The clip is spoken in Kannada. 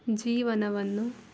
ಜೀವನವನ್ನು